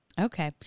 Okay